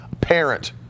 parent